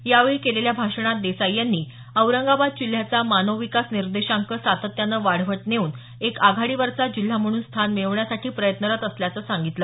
यावेळी केलेल्या भाषणात देसाई यांनी औरंगाबाद जिल्ह्याचा मानव विकास निर्देशांक सातत्यानं वाढवत नेऊन एक आघाडीवरचा जिल्हा म्हणून स्थान मिळवण्यासाठी प्रयत्नरत असल्याचं सांगितलं